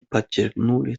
подчеркнули